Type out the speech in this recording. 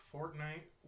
Fortnite